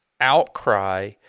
outcry